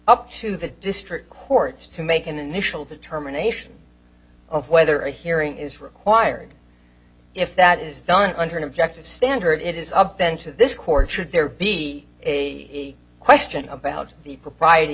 up to the district court to make an initial determination of whether a hearing is required if that is done under an objective standard it is up then to this court should there be a question about the propriet